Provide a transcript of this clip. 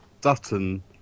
Dutton